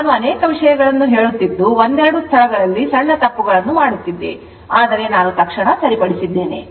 ನಾನು ಅನೇಕ ವಿಷಯಗಳನ್ನು ಹೇಳುತ್ತಿದ್ದು ಒಂದೆರಡು ಸ್ಥಳಗಳಲ್ಲಿ ಸಣ್ಣ ತಪ್ಪುಗಳನ್ನು ಮಾಡುತ್ತಿದ್ದೆ ಆದರೆ ನಾನು ತಕ್ಷಣ ಸರಿಪಡಿಸಿದೆ